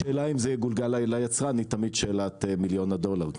השאלה אם זה יגולגל לצרכן היא תמיד שאלת מיליון הדולר כאמור.